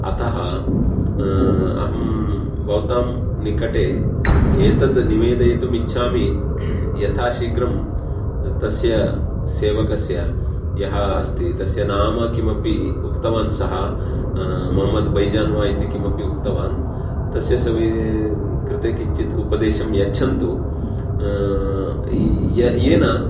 अतः अहं भवतां निकटे एतद् निवेदयितुम् इच्छामि यथा शीघ्रं तस्य सेवकस्य यः अस्ति तस्य नाम किमपि उक्तवान् सः ममद्बैजान् वा इति किमपि उक्तवान् तस्य सविदे कृते किञ्चित् उपदेशं यच्छन्तु य् येन